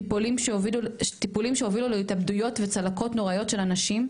טיפולים שהובילו להתאבדויות וצלקות נוראיות של אנשים,